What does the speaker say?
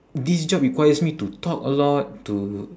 this job requires me to talk a lot to